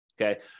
okay